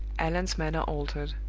allan's manner altered.